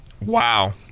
Wow